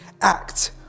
act